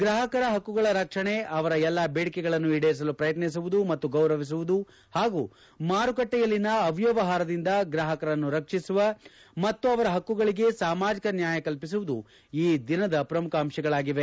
ಗ್ರಾಪಕರ ಪಕ್ಕುಗಳ ರಕ್ಷಣೆ ಅವರ ಎಲ್ಲ ಬೇಡಿಕೆಗಳನ್ನು ಈಡೇರಿಸಲು ಪ್ರಯತ್ನಿಸುವುದು ಮತ್ತು ಗೌರವಿಸುವುದು ಪಾಗೂ ಮಾರುಕಟ್ಟೆಯಲ್ಲಿನ ಅವ್ಯವಹಾರದಿಂದ ಗ್ರಾಪಕರನ್ನು ರಕ್ಷಿಸುವ ಮತ್ತು ಅವರ ಪಕ್ಕುಗಳಿಗೆ ಸಾಮಾಜಿಕ ನ್ಯಾಯ ಕಲ್ಪಿಸುವುದು ಈ ದಿನ ಪ್ರಮುಖ ಅಂಶಗಳಾಗಿವೆ